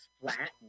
flat